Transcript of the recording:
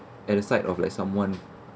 at the side of like someone